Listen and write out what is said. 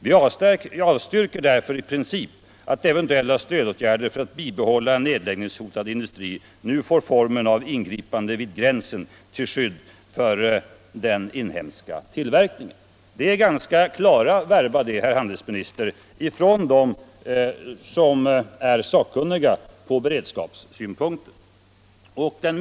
Vi avstyrker därför i princip att eventuella stödåtgärder för att bibehålla en nedläggningshotad industri nu får formen av ingripande vid gränsen till skydd för den inhemska tillverkningen.” Det är klara verba, herr handelsminister, från de sakkunniga på beredskapssynpunkten.